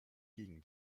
gegen